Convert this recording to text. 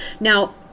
Now